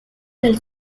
del